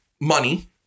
money